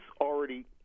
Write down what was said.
already